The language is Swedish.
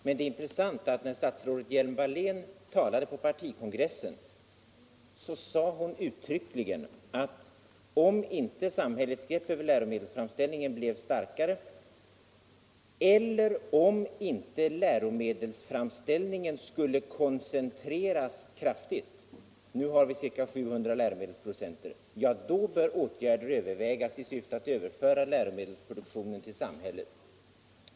Men det är intressant att konstatera att när statsrådet Hjelm-Wallén talade på partikongressen sade hon uttryckligen att om inte samhällets grepp över läromedelsframställningen blev starkare eller om inte läromedelsframställningen skulle koncentreras kraftigt — nu har vi ca 700 läromedelsproducenter — då bör åtgärder övervägas i syfte att överföra liäromedelsproduktionen till samhället.